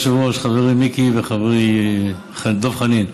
אדוני היושב-ראש, חברי מיקי וחברי דב חנין,